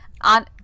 on